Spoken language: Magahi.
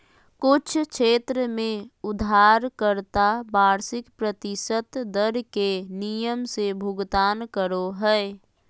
कुछ क्षेत्र में उधारकर्ता वार्षिक प्रतिशत दर के नियम से भुगतान करो हय